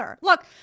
look